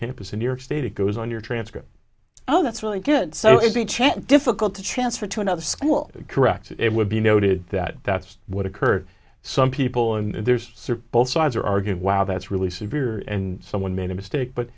campus in new york state it goes on your transcript oh that's really good so if you check difficult to transfer to another school correct it would be noted that that's what occurred some people and there's both sides are arguing wow that's really severe and someone made a mistake but